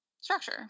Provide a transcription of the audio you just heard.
structure